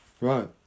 right